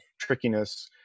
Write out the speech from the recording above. trickiness